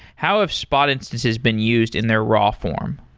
how have spot instances been used in their raw form?